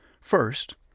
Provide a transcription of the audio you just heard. First